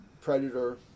Predator